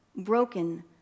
broken